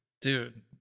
dude